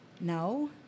No